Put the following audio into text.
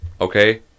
okay